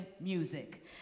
music